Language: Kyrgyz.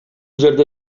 жерде